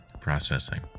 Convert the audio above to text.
processing